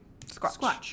Squatch